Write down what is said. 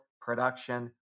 production